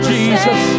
Jesus